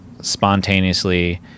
spontaneously